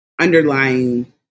underlying